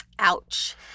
Ouch